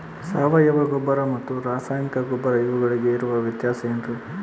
ಸಾವಯವ ಗೊಬ್ಬರ ಮತ್ತು ರಾಸಾಯನಿಕ ಗೊಬ್ಬರ ಇವುಗಳಿಗೆ ಇರುವ ವ್ಯತ್ಯಾಸ ಏನ್ರಿ?